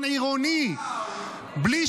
-- בפעם